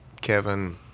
Kevin